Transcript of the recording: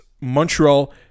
Montreal